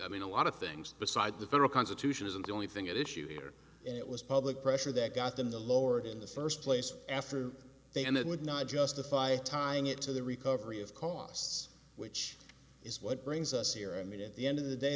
i mean a lot of things besides the federal constitution isn't the only thing at issue here and it was public pressure that got them the lord in the first place after they and it would not justify timing it to the recovery of costs which is what brings us here i mean at the end of the day